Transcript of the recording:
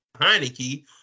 Heineke